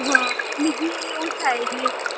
हां मिगी ओह् चाहिदी ऐ